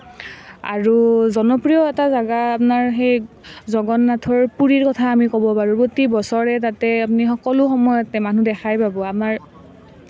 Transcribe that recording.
আৰু জনপ্ৰিয় এটা জেগা আপোনাৰ সেই জগন্নাথৰ পুৰীৰ কথা আমি ক'ব পাৰোঁ প্ৰতি বছৰে তাতে আপুনি সকলো সময়তে মানুহ দেখাই পাব আমাৰ